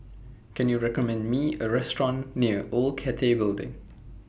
Can YOU recommend Me A Restaurant near Old Cathay Building